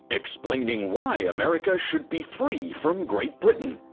explaining why america should be free from great britain.